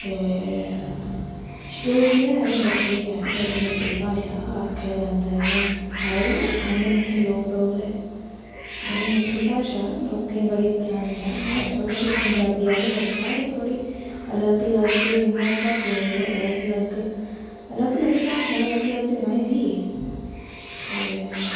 ते डोगरी ऐ ते बक्खरी गै बड़ी मिट्ठी भाशा आखेआ जांदा इ'यां आखदे नी खंड मिट्ठे लोक डोगरे बड़ी मिट्ठी भाशा लोकें ई बडी पसंद ऐ इ'यां थोह्ड़ी थोह्ड़ी पंजाबी आह्ला लेखा पर बा थोह्ड़ी अलग अलग इ'यां भागें दी ते अलग अलग अलग अलग भाशा जगाहें दी ते